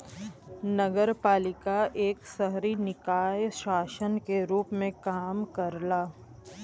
नगरपालिका एक शहरी निकाय शासन के रूप में काम करला